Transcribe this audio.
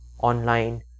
online